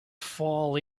fall